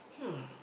hmm